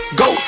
go